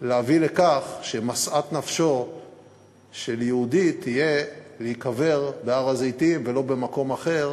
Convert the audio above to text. להביא לכך שמשאת נפשו של יהודי תהיה להיקבר בהר-הזיתים ולא במקום אחר,